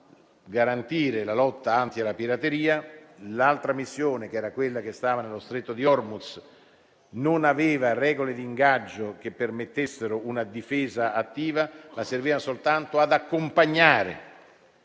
per garantire la lotta contro la pirateria, mentre la missione che stava nello Stretto di Hormuz non aveva regole di ingaggio che permettessero una difesa attiva, ma serviva soltanto ad accompagnare